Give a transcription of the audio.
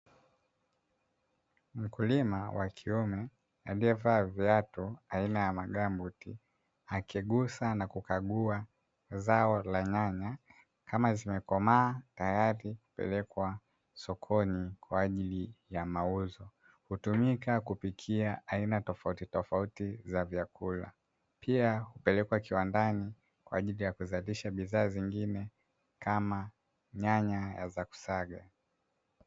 Mkulima wa kiume aliye vaa viatu aina ya magambuti akigusa na kukagua zao la nyanya kama zimekomaa tayari kupelekwa sokoni kwa ajili ya mauzo, hutumika kupikia aina tofauti tofauti za vyakula pia hupelekwa kiwandani kwa ajili ya kuzalisha bidhaa zingine kama nyanya za kusaga.